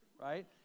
Right